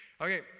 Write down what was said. Okay